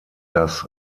das